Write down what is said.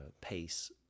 pace